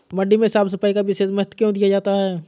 मंडी में साफ सफाई का विशेष महत्व क्यो दिया जाता है?